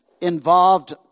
involved